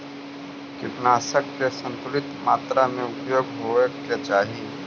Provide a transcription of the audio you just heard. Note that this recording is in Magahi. कीटनाशक के संतुलित मात्रा में उपयोग होवे के चाहि